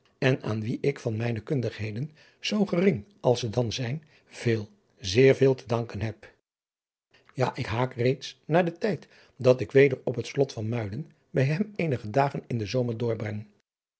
en aan wien ik van mijne kundigheden zoo gering als ze dan zijn veel zeer veel te danken heb ja ik haak reeds naar den tijd dat ik weder op het slot van muiden bij hem eenige dagen in den zomer doorbreng